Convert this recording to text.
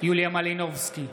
יוליה מלינובסקי,